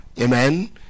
Amen